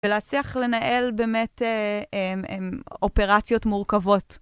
ולהצליח לנהל באמת אופרציות מורכבות.